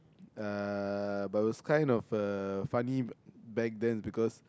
uh but was kind of uh funny back then because